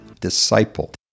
disciple